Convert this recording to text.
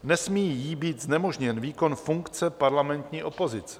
Nesmí jí být znemožněn výkon funkce parlamentní opozice.